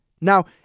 Now